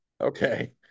okay